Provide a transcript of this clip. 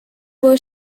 were